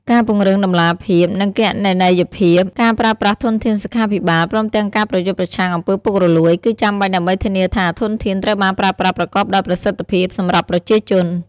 ការពង្រឹងតម្លាភាព និងគណនេយ្យភាពក្នុងការប្រើប្រាស់ធនធានសុខាភិបាល ព្រមទាំងការប្រយុទ្ធប្រឆាំងអំពើពុករលួយ គឺចាំបាច់ដើម្បីធានាថាធនធានត្រូវបានប្រើប្រាស់ប្រកបដោយប្រសិទ្ធភាពសម្រាប់ប្រជាជន។